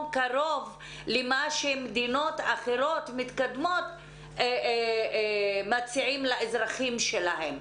קרוב למה שמדינות אחרות מתקדמות מציעות לאזרחים שלהן.